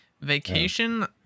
Vacation